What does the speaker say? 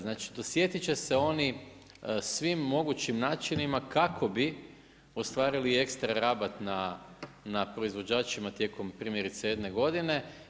Znači dosjetiti će se oni svim mogućim načinima kako bi ostvarili ekstra rabat na proizvođačima tijekom primjerice jedne godine.